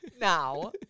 Now